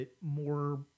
more